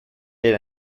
did